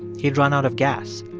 he'd run out of gas.